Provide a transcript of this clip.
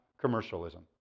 commercialism